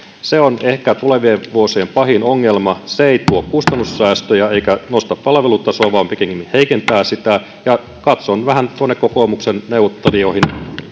se on ehkä tulevien vuosien pahin ongelma se ei tuo kustannussäästöjä eikä nosta palvelutasoa vaan pikemminkin heikentää sitä katson vähän tuonne kokoomuksen neuvottelijoihin